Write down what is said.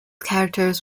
characters